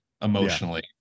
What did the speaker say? emotionally